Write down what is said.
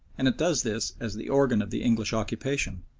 and it does this as the organ of the english occupation,